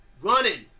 running